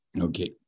Okay